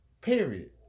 Period